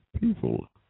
People